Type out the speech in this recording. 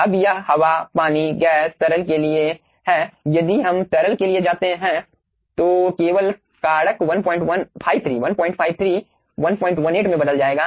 अब यह हवा पानी गैस तरल के लिए है यदि हम तरल के लिए जाते हैं तो केवल कारक 153 118 में बदल जाएगा